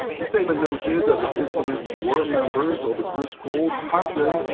the statement noted that the islamists were members of a group called hasm,